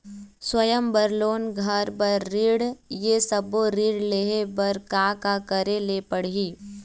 स्वयं बर लोन, घर बर ऋण, ये सब्बो ऋण लहे बर का का करे ले पड़ही?